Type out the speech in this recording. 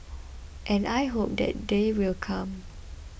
and I hope that day will come